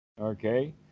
Okay